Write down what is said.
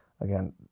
again